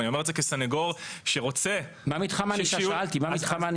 אני אומר את זה כסנגור שרוצה ששיעור --- שאלתי מה מתחם הענישה.